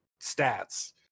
stats